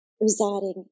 residing